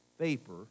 vapor